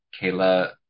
Kayla